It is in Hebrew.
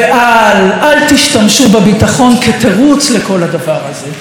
ואל, אל תשתמשו בביטחון כתירוץ לכל הדבר הזה.